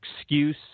excuse